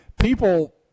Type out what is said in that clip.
people